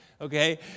okay